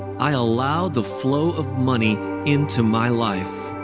i allow the flow of money into my life.